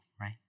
right